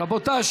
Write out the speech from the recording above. רבותיי,